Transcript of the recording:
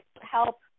help